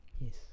yes